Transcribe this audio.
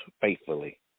faithfully